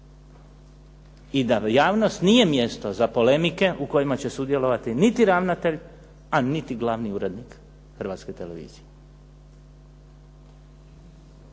i da javnost nije mjesto za polemike u kojima će sudjelovati niti ravnatelj, a niti glavni urednik Hrvatske televizije.